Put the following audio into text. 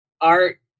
art